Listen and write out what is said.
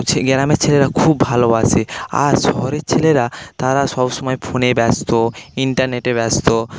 হচ্ছে গ্রামের ছেলেরা খুব ভালোবাসে আর শহরের ছেলেরা তারা সবসময় ফোনে ব্যস্ত ইন্টারনেটে ব্যস্ত